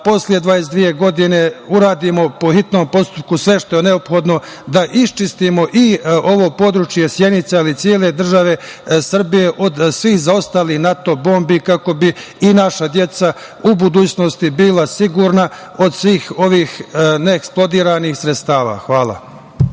posle 22 godine uradimo po hitnom postupku sve što je neophodno da iščistimo ovo područje Sjenice, ali i cele države Srbije od svih zaostalih NATO bombi kako bi i naša deca u budućnosti bila sigurna od svih ovih neeksplodiranih sredstava. Hvala.